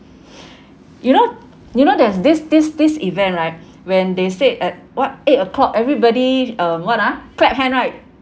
you know you know there's this this this event right when they said at what eight O'clock everybody um what ah clap hand right